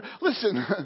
listen